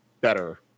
better